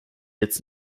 jetzt